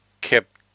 kept